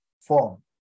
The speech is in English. form